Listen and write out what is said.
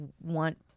want